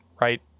right